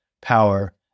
power